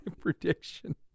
prediction